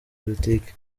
politike